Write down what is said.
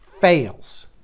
fails